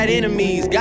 enemies